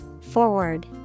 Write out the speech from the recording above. forward